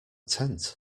tent